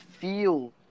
feel